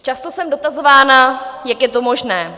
Často jsem dotazována, jak je to možné.